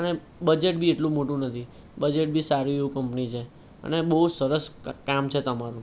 અને બજેટ બી એટલું મોટું નથી બજેટ બી સારું એવું કંપની છે અને બહુ સરસ કામ છે તમારું